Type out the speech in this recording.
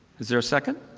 is there a second?